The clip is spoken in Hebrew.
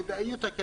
וכדאיות,